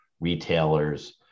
retailers